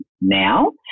now